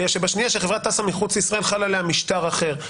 בגלל שבשנייה של חברת טסה מחוץ לישראל חל עליה משטר אחר,